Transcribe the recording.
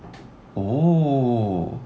oh